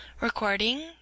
Recording